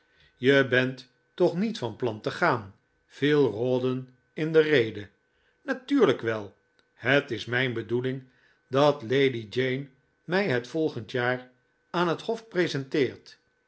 je bent toch niet van plan te gaan viel rawdon in de rede natuurlijk wel het is mijn bedoeling dat lady jane mij het volgend jaar aan het hof presenteert